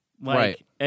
Right